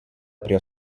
prie